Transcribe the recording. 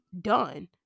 done